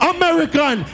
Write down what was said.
American